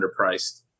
underpriced